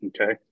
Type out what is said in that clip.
Okay